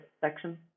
section